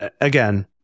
Again